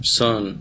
son